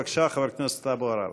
בבקשה, חבר הכנסת אבו עראר.